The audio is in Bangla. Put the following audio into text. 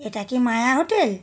এটা কি মায়া হোটেল